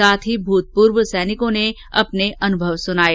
साथ ही भूतपूर्व सैनिकों ने भी अपने अनुभव सुनाये